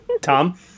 Tom